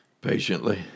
Patiently